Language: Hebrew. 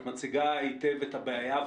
את מציגה היטב את הבעיה,